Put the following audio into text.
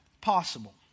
possible